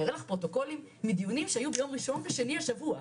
אני אראה לך פרוטוקולים מדיונים שהיו ביום ראשון ושני השבוע,